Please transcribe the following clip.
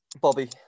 Bobby